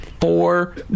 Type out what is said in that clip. four